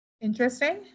interesting